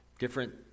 different